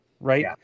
right